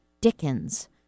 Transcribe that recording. dickens